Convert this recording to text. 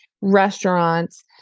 restaurants